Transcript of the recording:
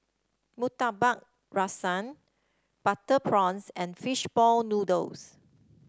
Murtabak Rusa Butter Prawns and fish ball noodles